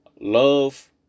Love